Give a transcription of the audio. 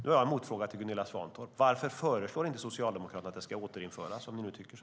Nu har jag en motfråga till Gunilla Svantorp: Varför föreslår inte Socialdemokraterna att det ska återinföras, om ni nu tycker så?